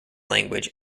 language